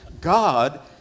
God